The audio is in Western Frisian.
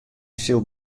sil